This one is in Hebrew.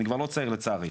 אני לא צעיר לצערי.